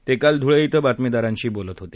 ते काल धुळे इथं बातमीदारांशी बोलत होते